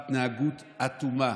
היא התנהגות אטומה.